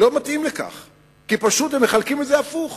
לא מתאים לכך כי מחלקים את זה הפוך.